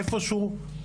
איפשהו,